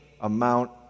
amount